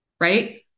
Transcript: Right